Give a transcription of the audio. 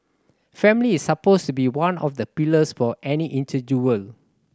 family is supposed to be one of the pillars for any